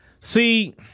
See